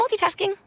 multitasking